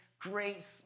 great